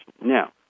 Now